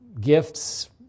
gifts